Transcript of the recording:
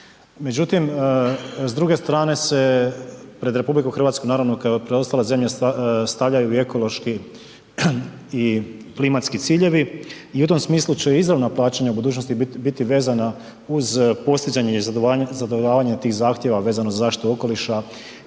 Međutim, s druge strane se pred RH naravno kao i preostale zemlje stavljaju i ekološki i klimatski ciljevi i u tom smislu će i izravna plaćanja u budućnosti biti vezana uz postizanje i zadovoljavanje tih zahtjeva vezano za zaštitu okoliša